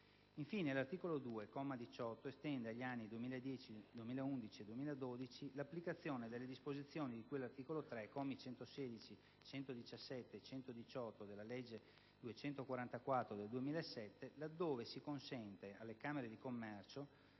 Infine, l'articolo 2, comma 18, estende agli anni 2010, 2011 e 2012 l'applicazione delle disposizioni di cui all'articolo 3, commi 116, 117 e 118, della legge n. 244 del 2007, laddove si consente alle Camere di commercio